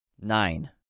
nine